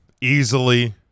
easily